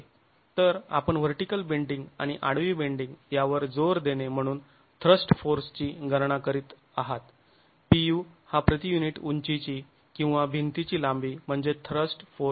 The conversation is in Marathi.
तर आपण व्हर्टीकल बेंडींग आणि आडवी बेंडींग यावर जोर देणे म्हणून थ्रस्ट फोर्स ची गणना करीत आहात Pu हा प्रति युनिट उंचीची किंवा भिंतीची लांबी म्हणजे थ्रस्ट फोर्स आहे